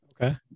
okay